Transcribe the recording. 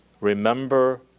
remember